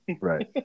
Right